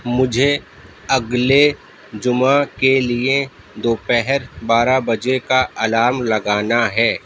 مجھے اگلے جمعہ کے لیے دوپہر بارہ بجے کا الارم لگانا ہے